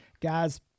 guys